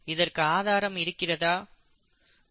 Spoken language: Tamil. இதற்கு ஆதாரம் இருக்கிறதா